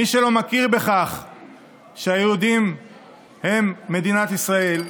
מי שלא מכיר בכך שהיהודים הם מדינת ישראל,